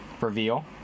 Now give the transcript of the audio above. Reveal